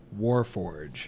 Warforge